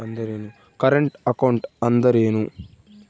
Current account ಅಂದರೇನು?